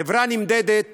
חברה נמדדת